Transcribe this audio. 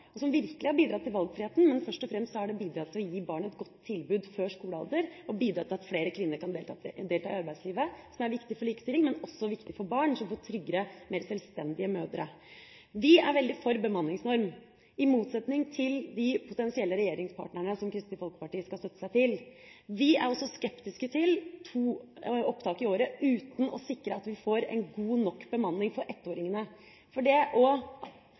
som virkelig har bidratt til valgfriheten, men først og fremst har det bidratt til å gi barn et godt tilbud før skolealder og til at flere kvinner kan delta i arbeidslivet. Det er viktig for likestilling, men også viktig for barn, som får tryggere, mer sjølstendige mødre. Vi er veldig for bemanningsnorm, i motsetning til de potensielle regjeringspartnerne som Kristelig Folkeparti skal støtte seg til. Vi er også skeptiske til to opptak i året uten å sikre at vi får en god nok bemanning for ettåringene. Det